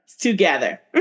Together